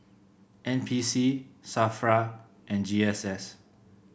N P C Safra and G S S